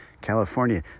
California